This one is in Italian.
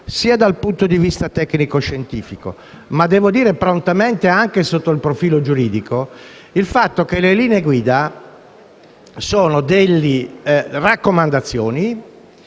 dal punto di vista tecnico-scientifico (ma devo dire prontamente anche sotto quello giuridico), che le linee guida sono delle raccomandazioni